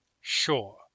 Sure